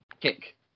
kick